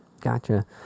gotcha